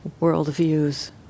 worldviews